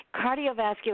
Cardiovascular